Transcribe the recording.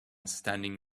standing